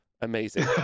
amazing